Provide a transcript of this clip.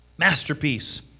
masterpiece